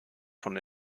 von